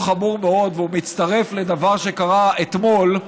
חמור מאוד והוא מצטרף לדבר שקרה אתמול,